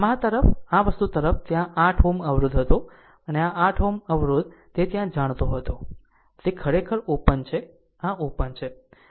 આમ આ તરફ આ વસ્તુ તરફ ત્યાં 8 Ω અવરોધ હતો આ 8 Ω અવરોધ તે ત્યાં જાણતો હતો તે ખરેખર ઓપન છે આ ઓપન છે